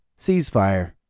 ceasefire